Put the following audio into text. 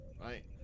right